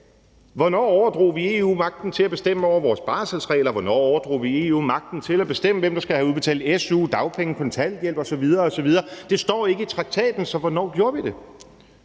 Hvornår overdrog vi EU magten til at bestemme over vores barselsregler? Hvornår overdrog vi EU magten til at bestemme, hvem der skal have udbetalt su, dagpenge, kontanthjælp osv. osv.? Det står ikke i traktaten, så hvornår gjorde vi det?